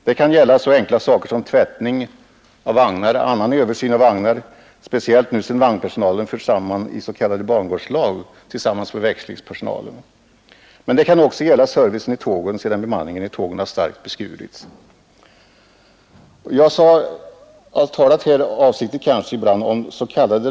Det kan gälla så enkla saker som tvättning av vagnar och annan översyn av vagnar, speciellt nu sedan vagnpersonalen förts samman i s.k. bangårdslag tillsammans med växlingspersonalen. Men det kan också gälla servicen i tågen sedan bemanningen starkt beskurits. Jag har, kanske ibland avsiktligt, talat om ”s.k.